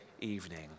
evening